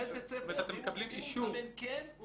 זאת אומרת, אתם מקבלים אישור.